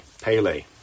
Pele